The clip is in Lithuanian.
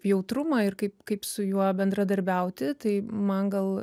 jautrumą ir kaip kaip su juo bendradarbiauti tai man gal